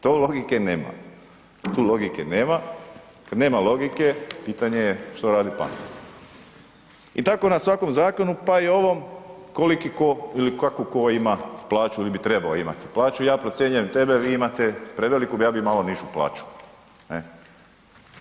To logike nema, tu logike nema, kad nema logike, pitanje je što radi pamet i tako na svakom zakonu pa i ovom koliki tko ili kako tko ima plaću ili bi trebao imati plaću, ja procjenjujem tebe, vi imate preveliku, ja bi malo nižu plaću, ne.